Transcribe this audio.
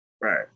Right